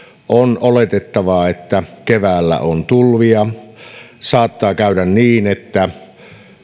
on oletettavaa että keväällä on tulvia saattaa käydä niin että